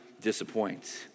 disappoint